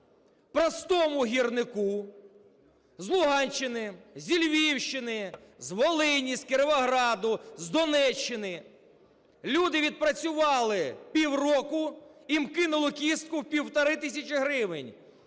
простому гірнику з Луганщини, зі Львівщини, з Волині, з Кіровограду, з Донеччини. Люди відпрацювали півроку, їм кинули кістку в півтори тисячі гривень.